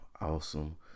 awesome